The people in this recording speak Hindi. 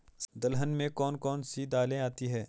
दलहन में कौन कौन सी दालें आती हैं?